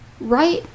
right